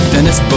Dennis